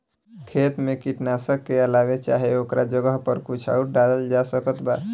खेत मे कीटनाशक के अलावे चाहे ओकरा जगह पर कुछ आउर डालल जा सकत बा?